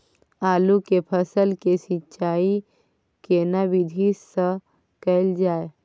आलू के फसल के सिंचाई केना विधी स कैल जाए?